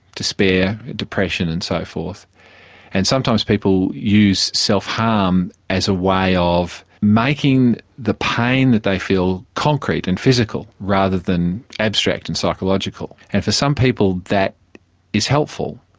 despair, depression and so forth and sometimes people use self harm as a way of making the pain that they feel concrete and physical rather than abstract and psychological. and for some people that is helpful,